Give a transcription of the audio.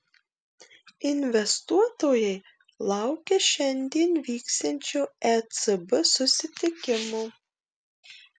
investuotojai laukia šiandien vyksiančio ecb susitikimo